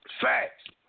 Facts